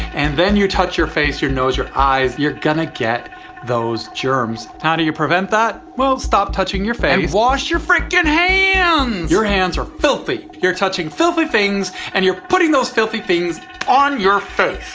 and then you touch your face. your nose. your eyes. you're going to get those germs. how do you prevent that? well, stop touching your face. and wash your frickin' hands! um your hands are filthy. you're touching filthy things. and you're putting those filthy things on your face.